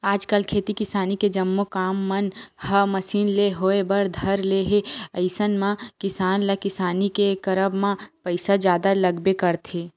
आजकल खेती किसानी के जम्मो काम मन ह मसीन ले होय बर धर ले हे अइसन म किसान ल किसानी के करब म पइसा जादा लगबे करथे